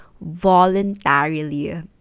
voluntarily